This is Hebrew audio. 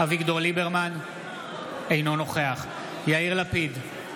אינו נוכח יאיר לפיד,